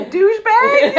douchebag